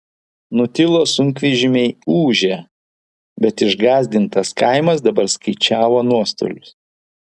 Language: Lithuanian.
nutilo sunkvežimiai ūžę bet išgąsdintas kaimas dabar skaičiavo nuostolius